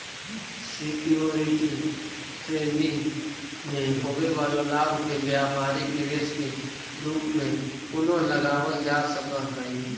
security trading में होवे वाला लाभ के व्यापारिक निवेश के रूप में पुनः लगावल जा सकऽ हई